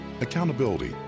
accountability